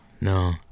no